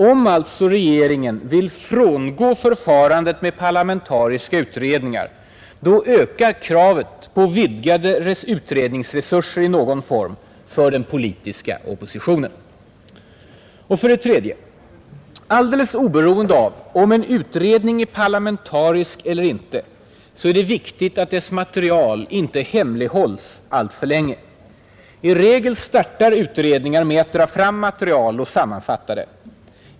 Om alltså regeringen vill frångå förfarandet med parlamentariska utredningar ökar kravet på vidgade utredningsresurser i någon form för den politiska oppositionen. Och för det tredje: Alldeles oberoende av om en utredning är parlamentarisk eller inte är det viktigt att dess material inte hemlighålls alltför länge. I regel startar utredningar med att dra fram material och sammanfatta det.